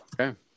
Okay